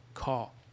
call